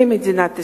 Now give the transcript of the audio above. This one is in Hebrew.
כמדינת ישראל,